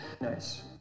nice